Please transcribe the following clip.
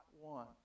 one